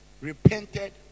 repented